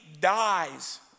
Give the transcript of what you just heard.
dies